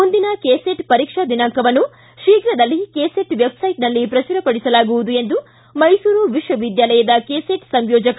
ಮುಂದಿನ ಕೆಸೆಟ್ ಪರೀಕ್ಷಾ ದಿನಾಂಕವನ್ನು ಶೀಘದಲ್ಲೇ ಕೆಸೆಟ್ ವೆಬ್ಸೈಟ್ನಲ್ಲಿ ಪ್ರಚುರಪಡಿಸಲಾಗುವುದು ಎಂದು ಮೈಸೂರು ವಿಶ್ವವಿದ್ಯಾಲಯದ ಕೆ ಸೆಟ್ ಸಂಯೋಜಕ